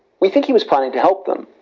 we think he was planning to help them.